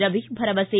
ರವಿ ಭರವಸೆ